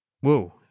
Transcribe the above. Whoa